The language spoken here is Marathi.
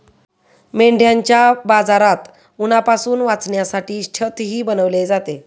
मेंढ्यांच्या बाजारात उन्हापासून वाचण्यासाठी छतही बनवले जाते